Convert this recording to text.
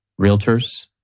realtors